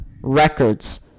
Records